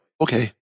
okay